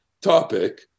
topic